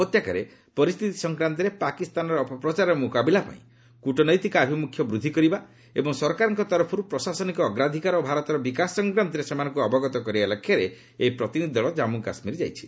ଉପତ୍ୟକାରେ ପରିସ୍ଥିତି ସଂକ୍ରାନ୍ତରେ ପାକିସ୍ତାନର ଅପପ୍ରଚାରର ମୁକାବିଲା ପାଇଁ କୂଟନୈତିକ ଆଭିମୁଖ୍ୟ ବୃଦ୍ଧି କରିବା ଏବଂ ସରକାରଙ୍କ ତରଫରୁ ପ୍ରଶାସନିକ ଅଗ୍ରାଧିକାର ଓ ଭାରତର ବିକାଶ ସଂକ୍ରାନ୍ତରେ ସେମାନଙ୍କୁ ଅବଗତ କରାଇବା ଲକ୍ଷ୍ୟରେ ଏହି ପ୍ରତିନିଧି ଦଳ ଜାମ୍ମୁ କାଶ୍ମୀର ଯାଇଛନ୍ତି